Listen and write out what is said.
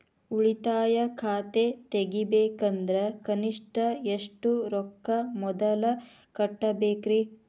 ಉಳಿತಾಯ ಖಾತೆ ತೆಗಿಬೇಕಂದ್ರ ಕನಿಷ್ಟ ಎಷ್ಟು ರೊಕ್ಕ ಮೊದಲ ಕಟ್ಟಬೇಕ್ರಿ?